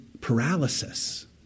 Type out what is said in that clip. paralysis